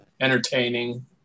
Entertaining